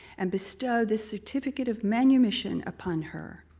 and bestowe this certificate of manumission upon her.